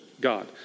God